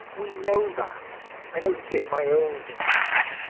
we know that! i notice it in my own case.